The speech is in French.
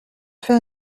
fait